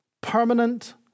permanent